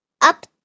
up